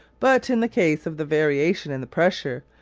but in the case of the variation in the pressure,